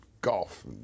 golf